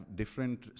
different